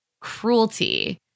cruelty